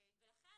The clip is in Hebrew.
לכן,